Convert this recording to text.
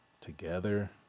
together